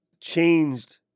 changed